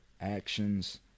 actions